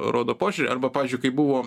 rodo požiūrį arba pavyzdžiui kai buvo